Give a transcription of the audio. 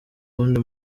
wundi